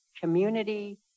community